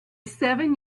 seven